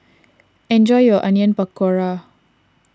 enjoy your Onion Pakora